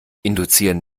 induzieren